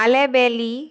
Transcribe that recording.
आलेबेली